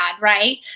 right